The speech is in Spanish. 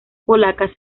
polacas